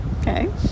okay